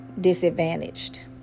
disadvantaged